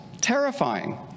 terrifying